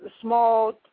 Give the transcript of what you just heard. small